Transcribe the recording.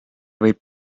võib